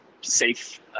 safe